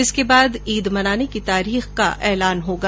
इसके बाद ईद मनाने की तारीख का ऐलान होगा